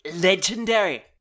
Legendary